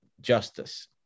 justice